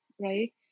right